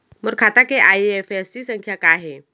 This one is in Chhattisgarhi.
मोर खाता के आई.एफ.एस.सी संख्या का हे?